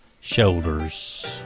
shoulders